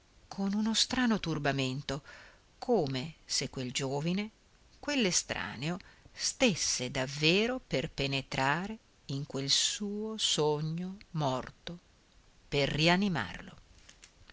con uno strano turbamento come se quel giovine quell'estraneo stesse davvero per penetrare in quel suo sogno morto per rianimarlo